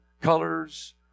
colors